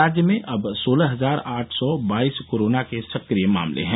राज्य में अब सोलह हजार आठ सौ बाईस कोरोना के सक्रिय मामले हैं